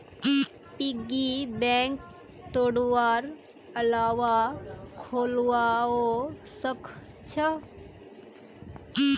piggy बैंकक तोडवार अलावा खोलवाओ सख छ